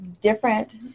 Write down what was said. different